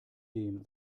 dem